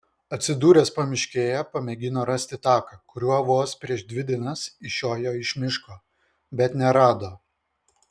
atsidūręs pamiškėje pamėgino rasti taką kuriuo vos prieš dvi dienas išjojo iš miško bet nerado